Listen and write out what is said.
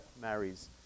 marries